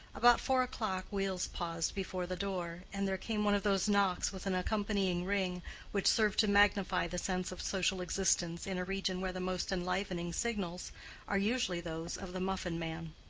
about four o'clock wheels paused before the door, and there came one of those knocks with an accompanying ring which serve to magnify the sense of social existence in a region where the most enlivening signals are usually those of the muffin-man.